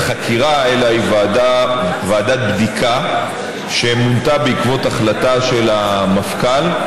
חקירה אלא ועדת בדיקה שמונתה בעקבות החלטה של המפכ"ל.